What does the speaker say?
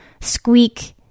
squeak